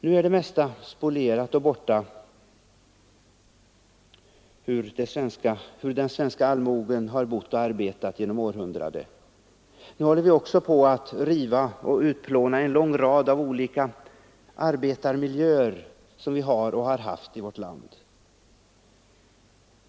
Nu är det mesta spolierat och borta av det som kunnat visa hur den svenska allmogen har bott och arbetat genom århundraden, och nu håller vi också på att riva och utplåna en lång rad av olika arbetarmiljöer i vårt land.